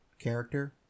character